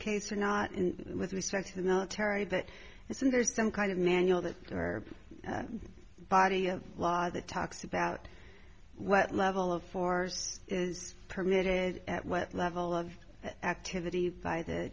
case or not and with respect to the military that isn't there some kind of manual that their body of law that talks about what level of force is permitted at what level of activity